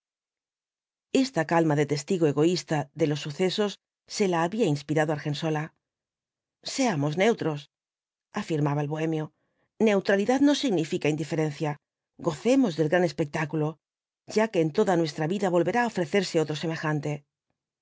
esta calma de testigo egoísta de los sucesos se la había inspirado argensola seamos neutros afirmaba el bohemio neutralidad no significa indiferencia gocemos del gran espectáculo ya que en toda nuestra vida volverá á ofrecerse otro semejante